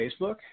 Facebook